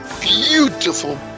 beautiful